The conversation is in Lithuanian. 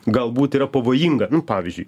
galbūt yra pavojinga pavyzdžiui